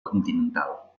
continental